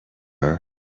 her